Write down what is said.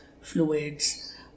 fluids